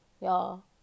y'all